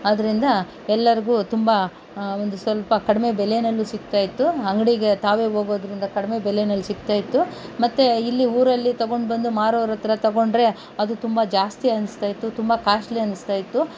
ಅದರಿಂದ ಎಲ್ಲರಿಗೂ ತುಂಬ ಒಂದು ಸ್ವಲ್ಪ ಕಡಿಮೆ ಬೆಲೆಯಲ್ಲೂ ಸಿಗ್ತಾಯಿತ್ತು ಅಂಗಡಿಗೆ ತಾವೇ ಹೋಗೋದ್ರಿಂದ ಕಡಿಮೆ ಬೆಲೆಯಲ್ಲಿ ಸಿಗ್ತಾಯಿತ್ತು ಮತ್ತು ಇಲ್ಲಿ ಊರಲ್ಲಿ ತಗೊಂಡ್ಬಂದು ಮಾರೋರ ಹತ್ರ ತಗೊಂಡರೆ ಅದು ತುಂಬ ಜಾಸ್ತಿ ಅನ್ನಿಸ್ತಾಯಿತ್ತು ತುಂಬ ಕಾಸ್ಟ್ಲಿ ಅನ್ನಿಸ್ತಾಯಿತ್ತು